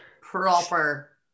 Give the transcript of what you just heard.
proper